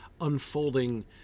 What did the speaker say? unfolding